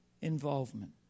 involvement